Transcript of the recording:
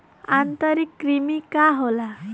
आंतरिक कृमि का होला?